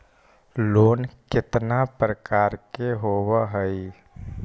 Loan केतना प्रकार के होव हइ?